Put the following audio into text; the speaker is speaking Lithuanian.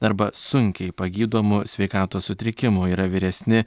arba sunkiai pagydomų sveikatos sutrikimų yra vyresni